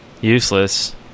useless